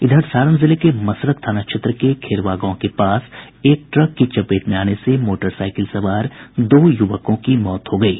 इधर सारण जिले के मसरक थाना क्षेत्र के खेरवा गांव के पास एक अनियंत्रित ट्रक की चपेट में आने से मोटरसाइकिल सवार दो युवकों की मौत हो गयी